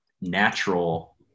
natural